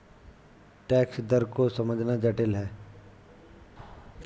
tax दर को समझना जटिल है